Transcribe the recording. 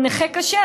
הוא נכה קשה,